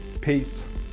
Peace